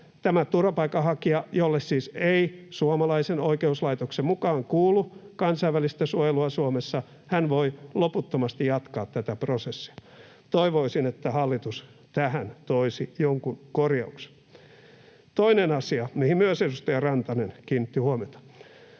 tämä turvapaikanhakija, jolle siis ei suomalaisen oikeuslaitoksen mukaan kuulu kansainvälistä suojelua Suomessa, voi loputtomasti jatkaa tätä prosessia. Toivoisin, että hallitus tähän toisi jonkun korjauksen. Toinen asia, mihin myös edustaja Rantanen kiinnitti huomiota: